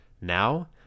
Now